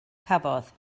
cafodd